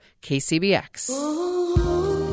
kcbx